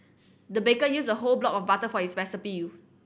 the baker used a whole block of butter for his recipe